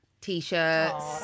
t-shirts